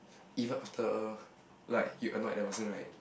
even after like you annoyed that person right